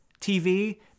TV